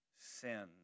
sin